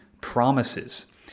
promises